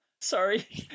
sorry